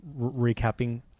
recapping